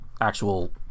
actual